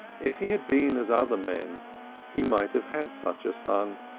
if he had been as other men he might have had such a son.